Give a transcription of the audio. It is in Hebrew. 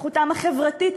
התפתחותם החברתית,